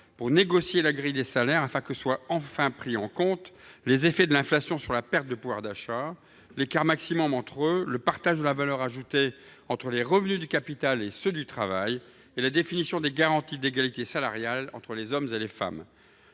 de négocier les grilles de salaires afin que soient enfin pris en compte les effets de l’inflation sur le pouvoir d’achat, l’écart maximum entre les salaires, le partage de la valeur ajoutée entre les revenus du capital et ceux du travail et la définition des garanties d’égalité salariale entre les hommes et les femmes.